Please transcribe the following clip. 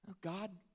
God